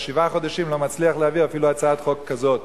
שבעה חודשים לא מצליח אפילו להעביר הצעת חוק כזו,